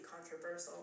controversial